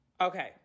okay